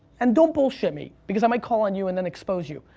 and don't bullshit me because i might call on you and then expose you.